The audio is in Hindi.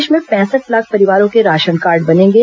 प्रदेश में पैंसठ लाख परिवारों के राशन कार्ड बनेंगे